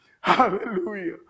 Hallelujah